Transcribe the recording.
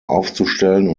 aufzustellen